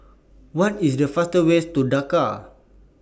What IS The fastest Way to Dakar